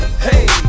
hey